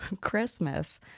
Christmas